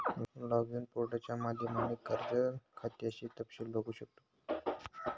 login पोर्टलच्या माध्यमाने कर्ज खात्याचं तपशील बघू शकतो